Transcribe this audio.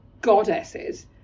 goddesses